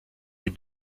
die